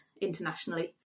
internationally